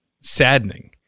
saddening